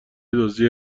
دزدی